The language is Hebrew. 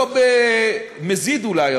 לא במזיד אולי,